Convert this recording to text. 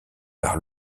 par